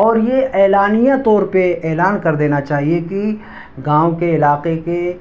اور یہ اعلانیہ طور پہ اعلان کر دینا چاہیے کہ گاؤں کے علاقے کے